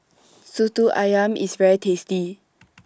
Soto Ayam IS very tasty